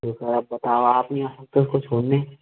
तो सर आप बताओ आप नहीं आ सकते उसको छोड़ने